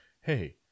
hey